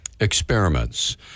Experiments